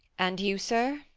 and you, sir.